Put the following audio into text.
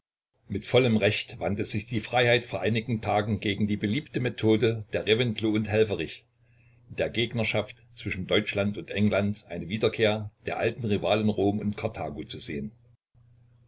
mit vollem recht wandte sich die freiheit vor einigen tagen gegen die beliebte methode der reventlow und helfferich in der gegnerschaft zwischen deutschland und england eine wiederkehr der alten rivalen rom und karthago zu sehen